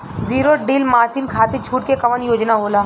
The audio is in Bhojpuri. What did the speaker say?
जीरो डील मासिन खाती छूट के कवन योजना होला?